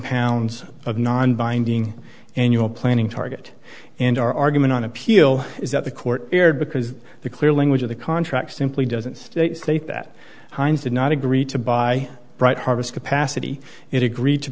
pounds of non binding annual planning target and our argument on appeal is that the court erred because the clear language of the contract simply doesn't state state that heinz did not agree to buy right harvest capacity it agreed to